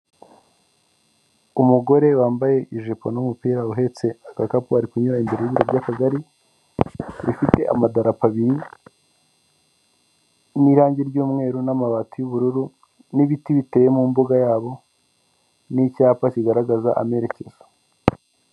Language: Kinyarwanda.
Umugore wambaye ijipo n'umupira uhetse agakapu ari kunyura ibiribwa by'akagari, bifite amadarapo abiri n'irangi ry'umweru n'amabati y'ubururu n'ibiti biteye mu mbuga yabo n'icyapa kigaragaza amerekezo.